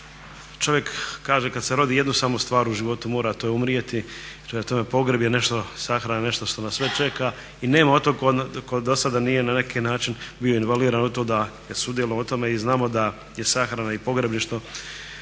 Čovjek kaže kad se rodi jedu samo stvar u životu mora, a to je umrijeti. Prema tome, pogreb je nešto, sahrana je nešto što nas sve čeka i nema od tog tko do sada nije na neki način bio involviran u to da je sudjelovao u tome i znamo da je sahrana i pogrebništvo